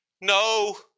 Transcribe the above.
no